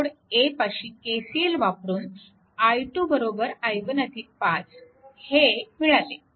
node A पाशी KCL वापरून i2 i1 5 हे मिळाले